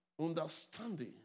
understanding